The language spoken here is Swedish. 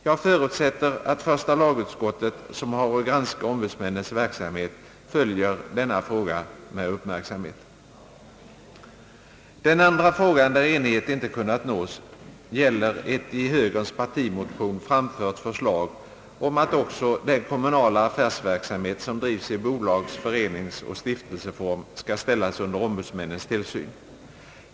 Jag förutsätter att första lagutskottet, som har att granska ombudsmännens verksamhet, följer denna fråga med uppmärksamhet. Den andra frågan där enighet inte kunnat nås gäller ett i högerns parti motion framfört förslag om att också den kommunala affärsverksamhet, som drivs i bolags-, föreningseller stiftelseform, skall ställas under ombudsmännens tillsyn.